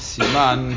Siman